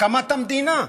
הקמת המדינה.